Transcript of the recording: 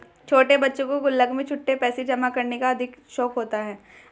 छोटे बच्चों को गुल्लक में छुट्टे पैसे जमा करने का अधिक शौक होता है